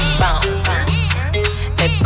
bounce